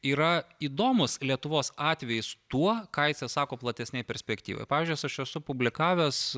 yra įdomus lietuvos atvejis tuo ką jisai sako platesnėj perspektyvoj pavyzdžiui aš esu publikavęs